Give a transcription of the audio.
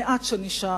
המעט שנשאר,